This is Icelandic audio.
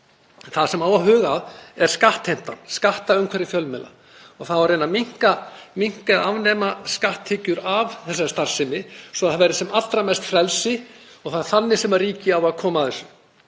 Það sem á að huga að er skattheimtan, skattumhverfi fjölmiðla, og það á að reyna að minnka eða afnema skatttekjur af þessari starfsemi svo að það verði sem allra mest frelsi og það er þannig sem ríkið á að koma að þessu.